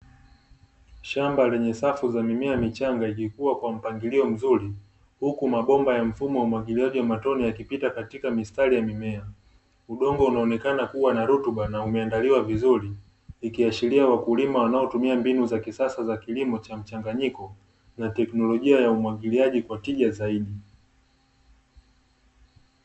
Shamba lenye safu za mimea michanga ikikua kwa mpangilio mzuri huku mabomba ya mfumo wa umwagiliaji wa matone yakipita katika mistari ya mimea. Udongo unaonekana kuwa na rutuba na umeandaliwa vizuri ikiashiria wakulima wanaotumia mbinu za kisasa za kilimo cha mchanganyiko na teknolojia ya umwagiliaji kwa tija zaidi.